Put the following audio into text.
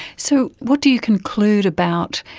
so what do you conclude about,